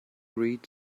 read